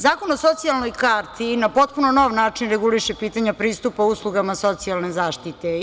Zakon o socijalnoj karti na potpuno nov način reguliše pitanja pristupa uslugama socijalne zaštite.